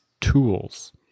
Tools